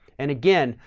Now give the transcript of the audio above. and again,